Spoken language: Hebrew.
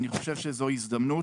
אני חושב שזו הזדמנות.